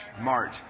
March